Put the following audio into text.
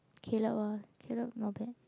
Caleb ah Caleb not bad